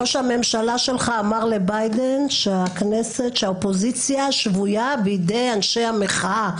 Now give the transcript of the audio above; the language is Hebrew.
ראש הממשלה שלך אמר לביידן שהאופוזיציה שבויה בידי אנשי המחאה.